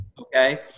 okay